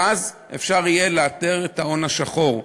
ואז אפשר יהיה לאתר את ההון השחור.